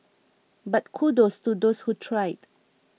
but kudos to those who tried